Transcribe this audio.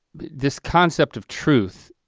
this concept of truth,